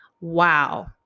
Wow